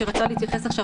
שרצה להתייחס עכשיו,